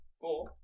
Four